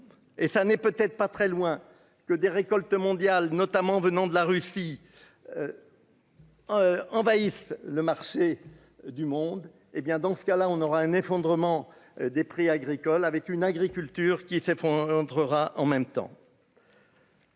et ça n'est peut-être pas très loin, que des récoltes mondiales, notamment venant de la Russie. Envahissent le marché du monde, hé bien, dans ce cas-là, on aura un effondrement des prix agricoles, avec une agriculture qui se font entrera en même temps.